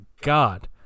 God